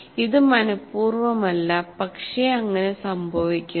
ഇത് മനപൂർവ്വം അല്ലപക്ഷെ അങ്ങിനെ സംഭവിക്കുന്നു